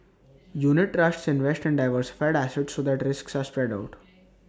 unit trusts invest in diversified assets so that risks are spread out